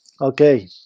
Okay